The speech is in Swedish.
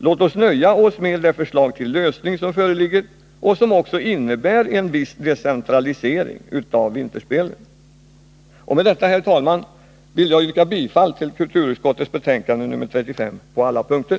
Låt oss nöja oss med det förslag till lösning som föreligger och som också innebär en viss decentralisering av vinterspelen. Med detta, herr talman, vill jag yrka bifall till hemställan i kulturutskottets betänkande 35 på alla punkter.